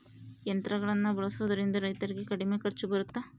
ಯಂತ್ರಗಳನ್ನ ಬಳಸೊದ್ರಿಂದ ರೈತರಿಗೆ ಕಡಿಮೆ ಖರ್ಚು ಬರುತ್ತಾ?